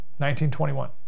1921